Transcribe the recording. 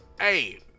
Hey